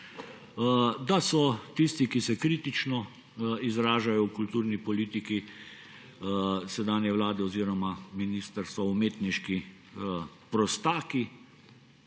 da so tisti, ki se kritično izražajo o kulturni politiki sedanje vlade oziroma ministrstva, umetniški prostaki.